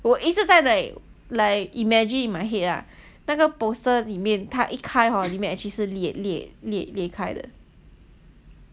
我一直在 like imagine in my head ah 那个 poster 里面他已开 hor 里面 actually 是裂裂裂裂开的